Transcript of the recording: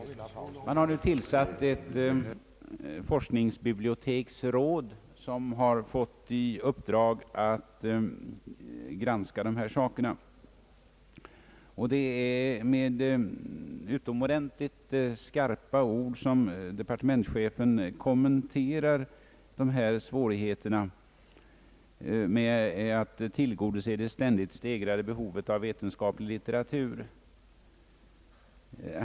Man har nu tillsatt ett forskningsbiblioteksråd, som har fått i uppdrag att granska dessa saker. Departementschefen kommenterar i utomordentligt skarpa ordalag svårigheterna att tillgodose det ständigt stegrade behovet av vetenskaplig litteratur.